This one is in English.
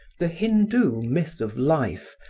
the hindoo myth of life,